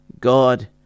God